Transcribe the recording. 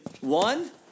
One